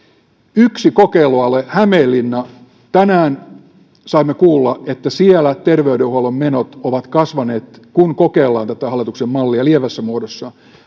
yksi kokeilualue hämeenlinna tänään saimme kuulla että siellä terveydenhuollon menot ovat kasvaneet kun kokeillaan tätä hallituksen mallia lievässä muodossa